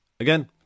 Again